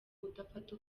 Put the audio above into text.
udafata